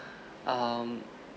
um